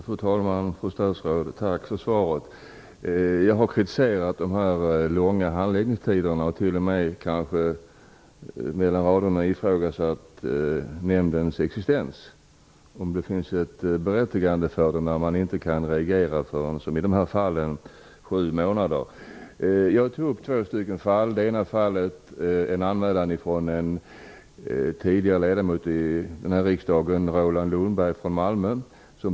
Fru talman! Tack för svaret, fru statsråd. Jag har kritiserat de långa handläggningstiderna och mellan raderna t.o.m. ifrågasatt nämndens existens. Jag undrar om det finns ett berättigande för den när den inte reagerar på en anmälning förrän efter sju månader, som i ett fall jag har beskrivit. Jag tog upp två fall i min interpellation. Det ena fallet är en anmälan från en tidigare ledamot i denna riksdag, Roland Lundberg från Malmö.